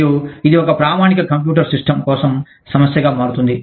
మరియు ఇది ఒక ప్రామాణిక కంప్యూటర్ సిస్టమ్ కోసం సమస్యగా మారుతుంది